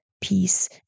peace